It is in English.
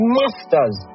masters